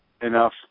enough